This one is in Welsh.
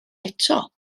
eto